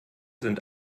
sind